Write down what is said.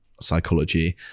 psychology